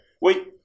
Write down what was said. Wait